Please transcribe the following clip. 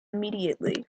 immediately